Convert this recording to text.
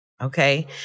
Okay